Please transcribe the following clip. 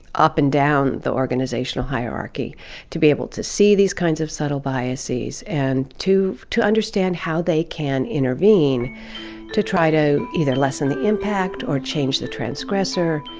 up and down the organizational hierarchy to be able to see these kinds of subtle biases and to to understand how they can intervene to try to either lessen the impact or change the transgressor,